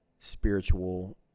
spiritual